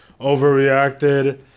overreacted